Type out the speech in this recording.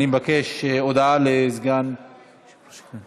אני מבקש הודעה לסגן מזכירת הכנסת.